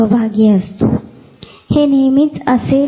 म्हणजे प्रत्येक वेळी अध्ययन नेहमी खूप विचारांतून घडत नाही